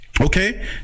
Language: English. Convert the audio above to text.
Okay